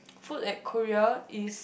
food at Korea is